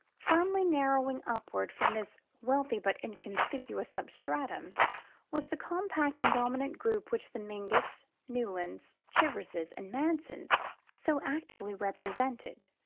firmly narrowing upward from this wealthy but inconspicuous substratum was the compact and dominant group which the mingotts, newlands, chiverses and mansons so actively represented.